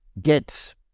get